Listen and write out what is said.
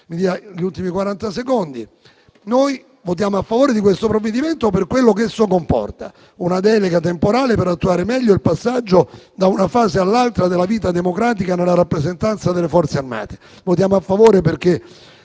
Signor Presidente, noi votiamo a favore di questo provvedimento per quello che esso comporta, ossia una delega temporale per attuare in modo migliore il passaggio da una fase all'altra della vita democratica nella rappresentanza delle Forze armate. Votiamo a favore perché